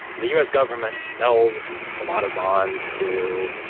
the u s. government sells a lot of bonds to